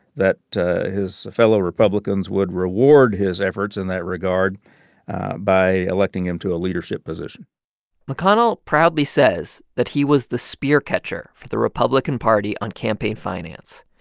that his fellow republicans would reward his efforts in that regard by electing him to a leadership position mcconnell proudly says that he was the spear catcher for the republican party on campaign finance.